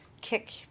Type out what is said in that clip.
kick